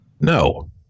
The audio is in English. No